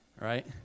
right